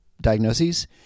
diagnoses